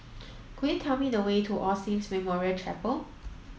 could you tell me the way to All Saints Memorial Chapel